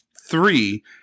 Three